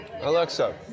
Alexa